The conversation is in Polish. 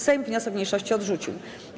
Sejm wniosek mniejszości odrzucił.